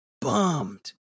bummed